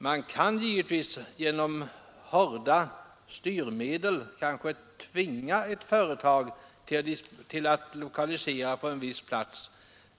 Man kan givetvis genom hårda styrmedel kanske tvinga ett företag att lokalisera verksamhet på en viss plats.